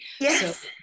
Yes